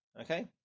Okay